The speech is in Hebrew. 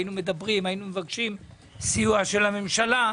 מדברים ומבקשים סיוע של הממשלה.